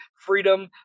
freedom